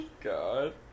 God